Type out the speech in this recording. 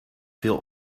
veel